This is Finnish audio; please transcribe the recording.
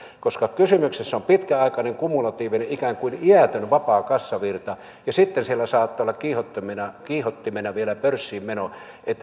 koska kysymyksessä on pitkäaikainen kumulatiivinen ikään kuin iätön vapaa kassavirta ja sitten siellä saattaa olla kiihottimena kiihottimena vielä pörssiin meno